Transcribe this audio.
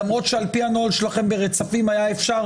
למרות שעל פי הנוהל שלכם ברצפים היה אפשר